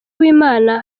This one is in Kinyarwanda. uwimana